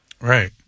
Right